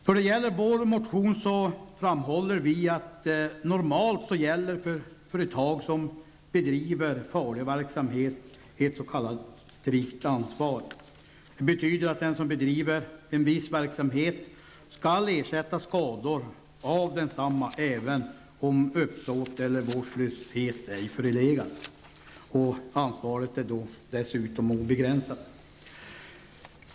När det gäller vänsterpartiets motion framhåller vi att det för företag som bedriver farlig verksamhet normalt gäller ett s.k. strikt ansvar. Det betyder att den som bedriver en viss verksamhet skall ersätta skador av densamma även om uppsåt eller vårdslöshet ej förelegat, och ansvaret är dessutom obegränsat.